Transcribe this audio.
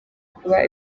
kuba